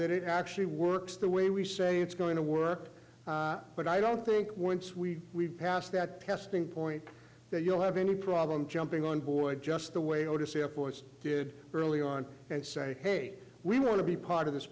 that it actually works the way we say it's going to work but i don't think once we've we've passed that testing point that you'll have any problem jumping on board just the way or to say a force did early on and say hey we want to be part of this